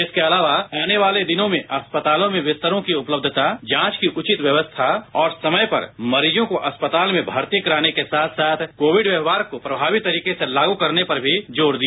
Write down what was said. इसके अलावा आने वाले दिनों में अस्पतालों में बिस्तरों की उपलब्यता जांच की उचित व्यवस्था और समय पर मरीजों को अस्पताल में भर्ती कराने के साथ साथ कोविड व्यवहार को प्रभावी तरीके से लागू करने पर जोर दिया